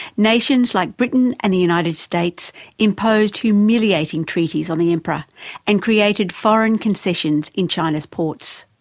nations like britain and the united states imposed humiliating treaties on the emperor and created foreign concessions in china's ports.